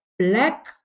Black